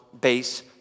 base